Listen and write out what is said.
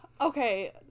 Okay